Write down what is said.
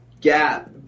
gap